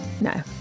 No